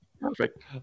Perfect